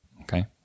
okay